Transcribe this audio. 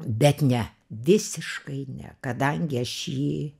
bet ne visiškai ne kadangi aš jį